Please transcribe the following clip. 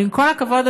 אבל עם כל הכבוד,